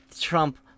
Trump